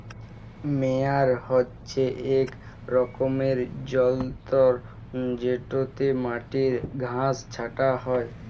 মেয়ার হছে ইক রকমের যল্তর যেটতে মাটির ঘাঁস ছাঁটা হ্যয়